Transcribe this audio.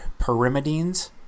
Pyrimidines